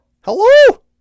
Hello